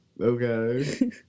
Okay